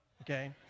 okay